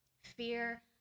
Fear